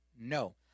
No